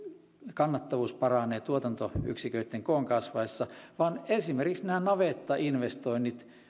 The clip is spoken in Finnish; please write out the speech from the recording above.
kannattavuus paranee tuotantoyksiköitten koon kasvaessa vaan esimerkiksi nämä navettainvestoinnit